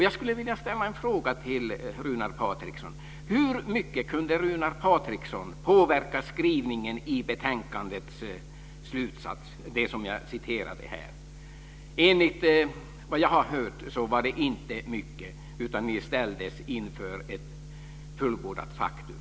Jag skulle vilja ställa en fråga till Runar Patriksson. Hur mycket kunde Runar Patriksson påverka skrivningen i betänkandets slutsats, som jag citerade här? Enligt vad jag har hört var det inte mycket, utan ni ställdes inför ett fullbordat faktum.